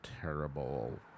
terrible